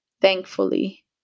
thankfully